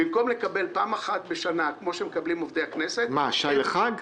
במקום לקבל פעם אחת בשנה כמו שמקבלים עובדי הכנסת --- שי לחג?